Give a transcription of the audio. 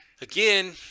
Again